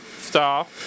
stop